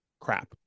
crap